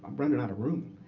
i'm running out of room.